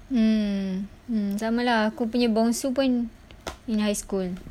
mm mm sama lah aku punya bongsu pun in high school